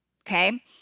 okay